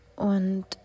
Und